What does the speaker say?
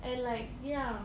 and like ya